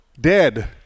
Dead